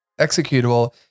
executable